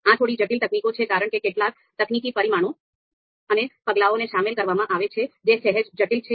આ થોડી જટિલ તકનીકો છે કારણ કે કેટલાક તકનીકી પરિમાણો અને પગલાઓ ને સામેલ કરવામાં આવે છે જે સહેજ જટિલ છે